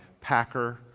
Packer